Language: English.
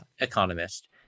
economist